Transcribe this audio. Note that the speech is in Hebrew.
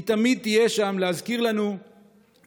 היא תמיד תהיה שם להזכיר לנו צניעות,